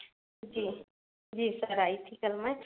जी जी सर आई थी कल मैं